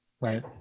right